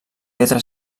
pedra